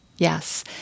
Yes